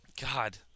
God